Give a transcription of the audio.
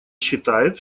считает